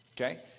Okay